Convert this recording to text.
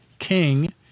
king